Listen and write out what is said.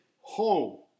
home